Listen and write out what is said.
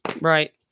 Right